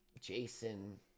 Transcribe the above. Jason